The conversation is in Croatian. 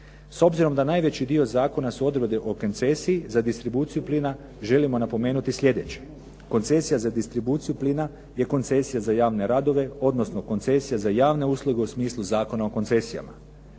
S obzirom da najveći dio zakon su odredbe o koncesiji za distribuciji plina, želimo napomenuti sljedeće. Koncesija za distribuciju plina je koncesija za javne radove, odnosno koncesija za javne usluge u smislu Zakona o koncesijama.